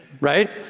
Right